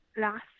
last